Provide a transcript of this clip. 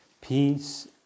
Peace